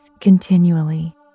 continually